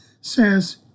says